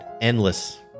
endless